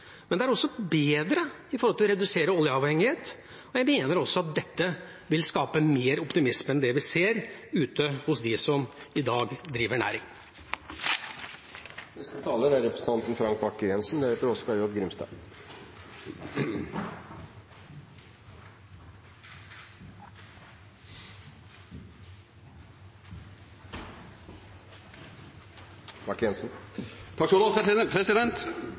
men det er også bedre med hensyn til å redusere oljeavhengighet. Og jeg mener også at dette vil skape mer optimisme enn det vi ser ute hos dem som i dag driver næring.